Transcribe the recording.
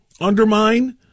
undermine